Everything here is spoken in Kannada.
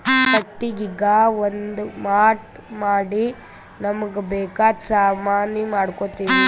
ಕಟ್ಟಿಗಿಗಾ ಒಂದ್ ಮಾಟ್ ಮಾಡಿ ನಮ್ಮ್ಗ್ ಬೇಕಾದ್ ಸಾಮಾನಿ ಮಾಡ್ಕೋತೀವಿ